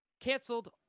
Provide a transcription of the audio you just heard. canceled